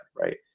Right